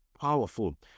powerful